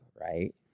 right